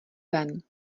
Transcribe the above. ven